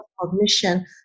cognition